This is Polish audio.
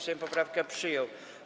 Sejm poprawkę przyjął.